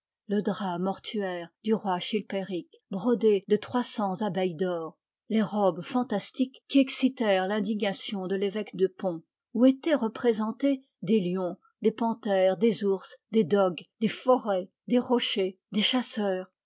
le drap mortuaire du roi chilpéric brodé de trois cents abeilles d'or les robes fantastiques qui excitèrent l'indignation de l'évêque de pont où étaient représentés des lions des panthères des ours des dogues des forêts des rochers des chasseurs